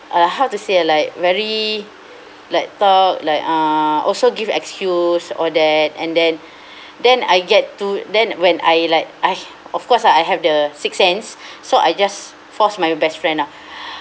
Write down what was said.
uh how to say like very like talk like uh also give excuse all that and then then I get to then when I like I of course ah I have the six sense so I just force my best friend ah